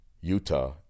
Utah